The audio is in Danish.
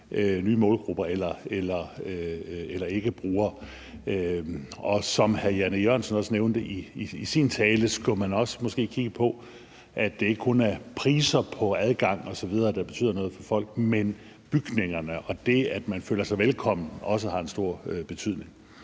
nye målgrupper eller ikkebrugere. Som hr. Jan E. Jørgensen også nævnte i sin tale, skulle man måske også kigge på, at det ikke kun er priser på adgang osv., der betyder noget for folk, men at bygningerne og det, at man føler sig velkommen, også har en stor betydning.